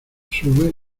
sube